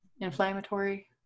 inflammatory